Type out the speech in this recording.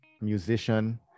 musician